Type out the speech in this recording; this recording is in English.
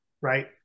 right